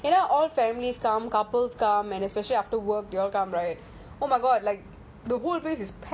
you know all families come couples